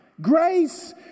Grace